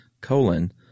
colon